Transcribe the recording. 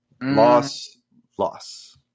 loss-loss